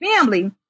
family